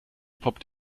poppt